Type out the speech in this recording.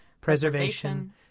preservation